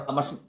Mas